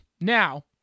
Now